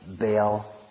bail